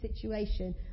situation